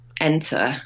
enter